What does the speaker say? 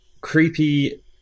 creepy